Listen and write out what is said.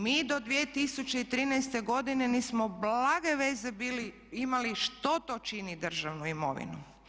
Mi do 2013. godine nismo blage veze bili imali što to čini državnu imovinu.